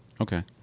okay